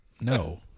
No